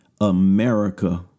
America